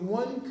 one